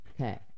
Okay